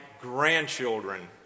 grandchildren